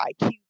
IQ